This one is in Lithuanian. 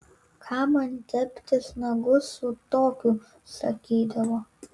kam man teptis nagus su tokiu sakydavo